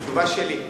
תשובה שלי.